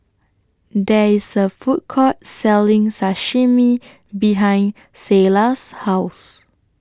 There IS A Food Court Selling Sashimi behind Selah's House